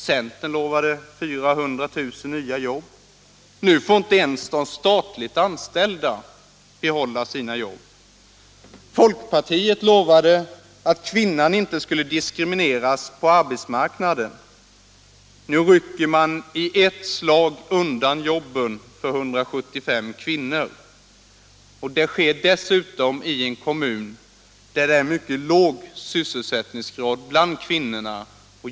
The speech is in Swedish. Centern lovade 400 000 nya jobb. Nu får inte ens de statligt anställda behålla sina jobb. Folkpartiet lovade att kvinnan inte skulle diskrimineras på arbetsmarknaden. Nu rycker man i ett slag undan jobben för 175 kvinnor. Det sker dessutom i en kommun där det är mycket låg sysselsättningsgrad bland kvinnorna.